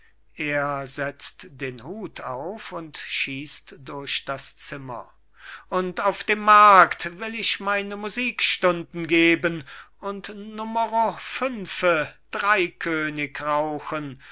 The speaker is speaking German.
er setzt den hut auf und schießt durch das zimmer und auf den markt will ich und meine musikstunden geben und numero fünfe dreikönig rauchen